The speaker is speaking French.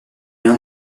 rien